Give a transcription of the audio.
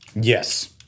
yes